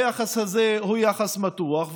היחס הזה הוא יחס מתוח,